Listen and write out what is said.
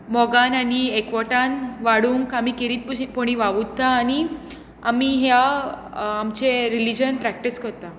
मोगान आनी एकवोठान वाडोवंक आमी खेरीतपणीं वावुरतांव आनी आमी ह्या आमचे रिलीजन प्रॅक्टीस कोरतां